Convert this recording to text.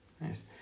nice